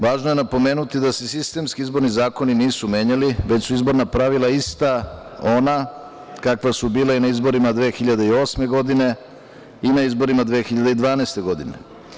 Važno je napomenuti da se sistemski izborni zakoni nisu menjali, već su izborna pravila ista, ona kakva su bila i na izborima 2008. godine i na izborima 2012. godine.